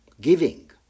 Giving